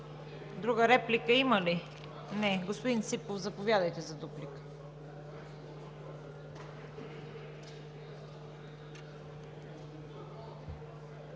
Друга реплика има ли? Не. Господин Ципов, заповядайте за дуплика.